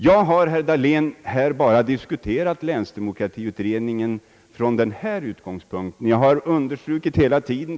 Jag har, herr Dahlén, här diskuterat länsdemokratiutredningen endast från denna utgångspunkt. Det har jag understrukit hela tiden.